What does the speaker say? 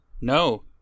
No